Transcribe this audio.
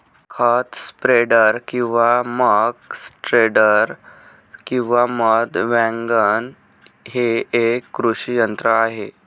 खत स्प्रेडर किंवा muck spreader किंवा मध वॅगन हे एक कृषी यंत्र आहे